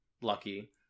lucky